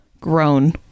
grown